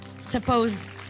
suppose